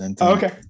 okay